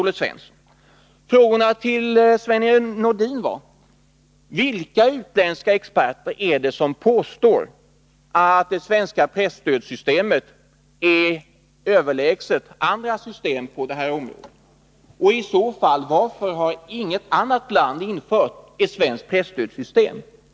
Första frågan till Sven-Erik Nordin var: Vilka utländska experter är det som påstår att det svenska presstödssystemet är överlägset andra system på det här området, och varför har i så fall inget annat land infört ett svenskt presstödssystem?